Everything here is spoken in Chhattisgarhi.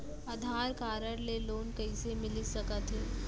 आधार कारड ले लोन कइसे मिलिस सकत हे?